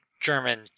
German